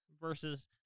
versus